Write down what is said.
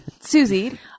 Susie